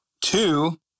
two